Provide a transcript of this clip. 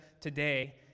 today